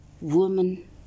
woman